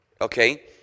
okay